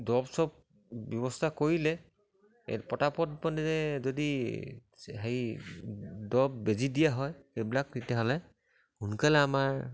দৰৱ চৰৱ ব্যৱস্থা কৰিলে পতাপত মানে যদি হেৰি দৰৱ বেজী দিয়া হয় সেইবিলাক তেতিয়াহ'লে সোনকালে আমাৰ